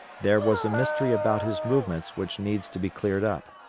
there was a mystery about his movements which needs to be cleared up.